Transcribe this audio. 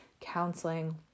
counseling